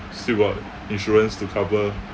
still got insurance to cover